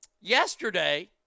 Yesterday